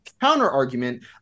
counter-argument